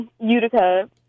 Utica